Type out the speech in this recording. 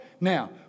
Now